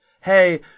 hey